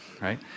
right